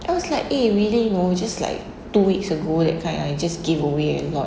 was like eh really you know just like two weeks ago that kind I just giveaway a lot